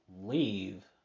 leave